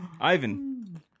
Ivan